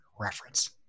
reference